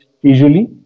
usually